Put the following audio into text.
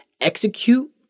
execute